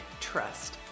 trust